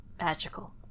magical